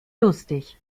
lustig